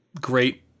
great